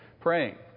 Praying